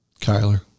Kyler